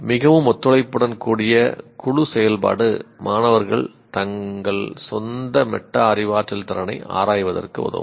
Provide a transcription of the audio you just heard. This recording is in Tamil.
மிகவும் ஒத்துழைப்புடன் கூடிய குழு செயல்பாடு மாணவர் தனது சொந்த மெட்டா அறிவாற்றல் திறனை ஆராய்வதற்கு உதவும்